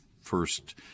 first